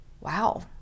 Wow